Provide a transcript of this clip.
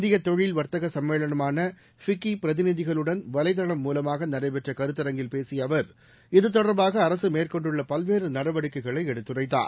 இந்திய தொழில் வாத்தக சும்மேளமான பிஃக்கி பிரதிநிதிகளுடன் வலைத்தளம் மூலமாக நடைபெற்ற கருத்தரங்கில் பேசிய அவர் இது தொடர்பாக அரசு மேற்கொண்டுள்ள பல்வேறு நடவடிக்கைகளை எடுத்துரைத்தார்